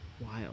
wild